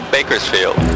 Bakersfield